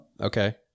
Okay